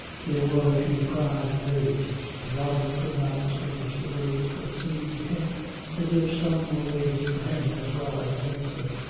there were a few cries raised. robin could not distinguish the words, but it seemed to him as if some were raised for him as well as against him.